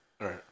Right